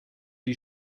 die